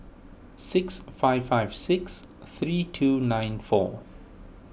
six five five six three two nine four